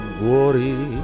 gory